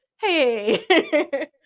hey